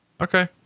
Okay